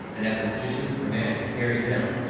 and at the magician's command carried him,